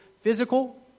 physical